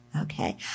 okay